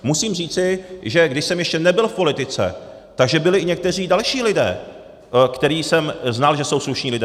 Musím říci, že když jsem ještě nebyl v politice, tak že byli i někteří další lidé, které jsem znal, že jsou slušní lidé.